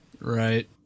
Right